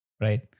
Right